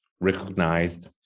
recognized